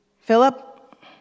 Philip